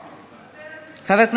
מוותרת.